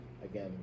Again